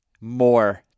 more